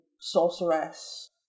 sorceress